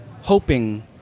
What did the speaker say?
hoping